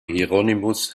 hieronymus